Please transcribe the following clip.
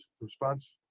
response